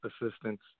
assistance